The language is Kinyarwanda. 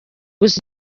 gusa